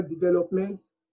developments